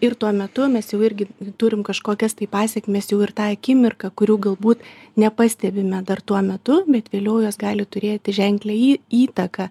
ir tuo metu mes jau irgi turim kažkokias tai pasekmes jau ir tą akimirką kurių galbūt nepastebime dar tuo metu bet vėliau jos gali turėti ženklią į įtaką